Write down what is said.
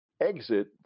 exit